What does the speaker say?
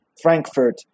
frankfurt